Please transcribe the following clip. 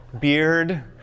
Beard